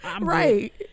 Right